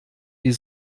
die